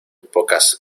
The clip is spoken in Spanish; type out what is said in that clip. pocas